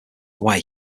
away